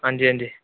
हंजी हंजी